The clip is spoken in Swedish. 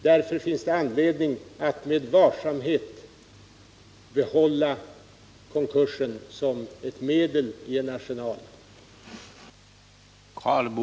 Det finns således anledning att med varsamhet behålla konkursen som ett medel i arsenalen.